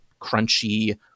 crunchy